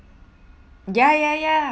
ya ya ya